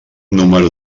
número